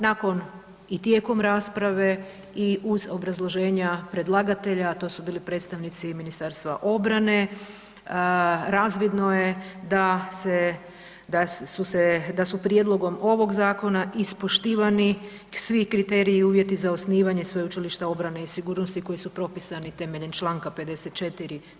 Nakon i tijekom rasprave i uz obrazloženja predlagatelja, a to su bili predstavnici Ministarstva obrane, razvidno je da se, da su se, da su prijedlogom ovog zakona ispoštivani svi kriteriji i uvjeti za osnivanje Sveučilišta obrane i sigurnosti koji su propisani temeljem čl. 54.